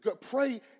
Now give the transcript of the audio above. pray